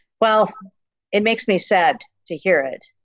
well it makes me sad to hear it,